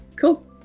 cool